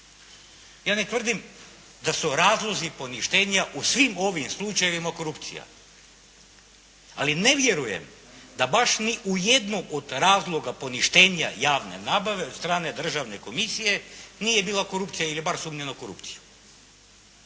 Ja ne tvrdim da su razlozi poništenja u svim ovim slučajevima korupcija, ali ne vjerujem da baš ni u jedno od razloga poništenja javne nabave od strane državne komisije nije bila korupcija ili bar sumnja na korupciju.